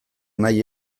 nahi